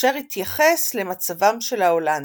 אשר התייחס למצבם של ההולנדים.